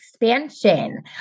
expansion